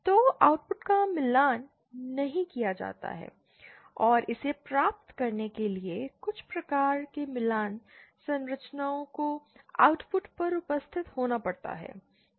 तो आउटपुट का मिलान नहीं किया जाता है और इसे प्राप्त करने के लिए कुछ प्रकार के मिलान संरचनाओं को आउटपुट पर उपस्थित होना पड़ता है